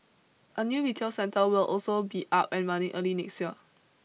a new retail centre will also be up and running early next year